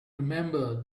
remember